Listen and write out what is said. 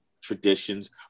traditions